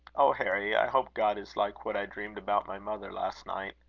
oh, harry! i hope god is like what i dreamed about my mother last night.